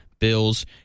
Bills